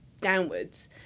downwards